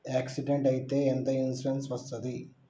Accident అయితే ఎంత insurance వస్తది?